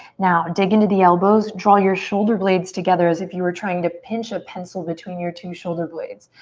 now dig into the elbows, draw your shoulder blades together as if you were trying to pinch a pencil between your two shoulder blades.